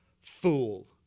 fool